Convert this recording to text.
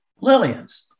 Lillian's